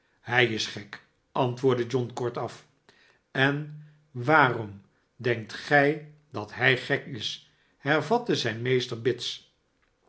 hij is gek antwoordde john kortaf en waarom denkt gij dat hij gek is hervatte zijn meester bits